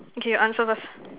okay you answer first